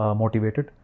motivated